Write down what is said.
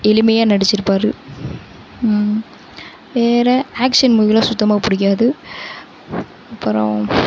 எளிமையாக நடித்திருப்பாரு வேறு ஆக்க்ஷன் மூவிலாம் சுத்தமாக பிடிக்காது அப்புறோம்